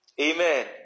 Amen